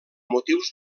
motius